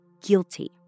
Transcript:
guilty